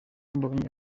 mbonye